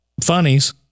funnies